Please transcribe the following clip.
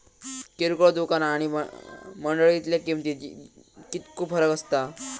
किरकोळ दुकाना आणि मंडळीतल्या किमतीत कितको फरक असता?